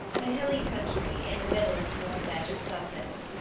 the hilly country in the middle of the north edge of sussex,